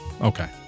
Okay